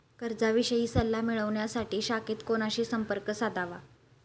कर्जाविषयी सल्ला मिळवण्यासाठी शाखेत कोणाशी संपर्क साधावा?